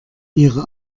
ihre